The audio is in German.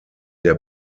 der